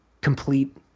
complete